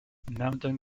mountain